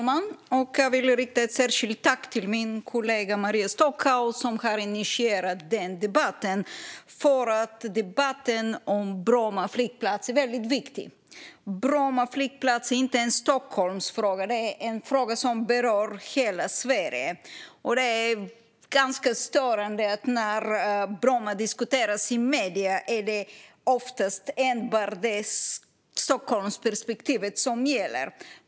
Fru talman! Jag vill rikta ett särskilt tack till min kollega Maria Stockhaus, som har initierat denna debatt. Debatten om Bromma flygplats är väldigt viktig. Bromma flygplats är inte en Stockholmsfråga, utan det är en fråga som berör hela Sverige. Det är ganska störande att när Bromma diskuteras i medierna är det oftast enbart Stockholmsperspektivet som gäller.